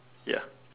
ya